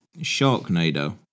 Sharknado